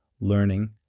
learning